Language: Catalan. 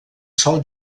sol